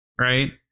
right